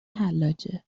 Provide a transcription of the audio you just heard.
حلاجه